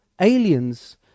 aliens